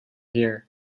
here